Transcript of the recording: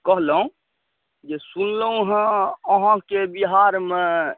कहलहुँ जे सुनलहुँ हँ अहाँके बिहारमे